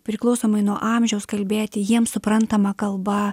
priklausomai nuo amžiaus kalbėti jiems suprantama kalba